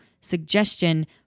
suggestion